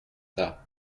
tas